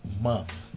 Month